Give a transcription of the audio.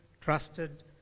trusted